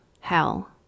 hell